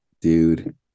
dude